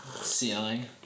ceiling